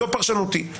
זאת פרשנותי.